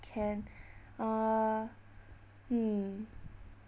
can uh hmm